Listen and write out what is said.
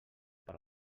per